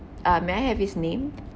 uh may I have his name